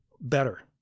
better